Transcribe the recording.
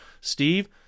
Steve